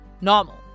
normal